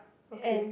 okay